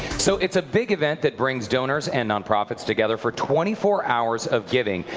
so it's a big event that brings donors and nonprofits together for twenty four hours of giving.